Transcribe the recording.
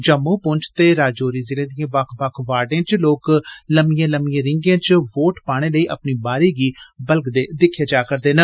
जम्मू पुंछ ते राजौरी जिले दियें बक्ख बक्ख वार्थ च लोकें लम्मीयें लम्मीयें रीगें च वोट पाने लेई अपनी बारी गी बलगदे दिक्खे गे